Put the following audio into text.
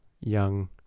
Young